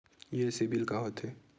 ये सीबिल का होथे?